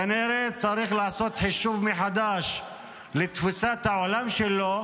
כנראה צריך לעשות חישוב מחדש של תפיסת העולם שלו,